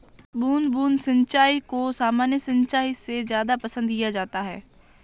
बूंद बूंद सिंचाई को सामान्य सिंचाई से ज़्यादा पसंद किया जाता है